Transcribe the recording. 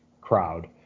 crowd